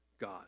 God